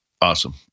Awesome